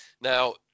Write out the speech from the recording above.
now